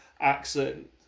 accent